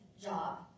job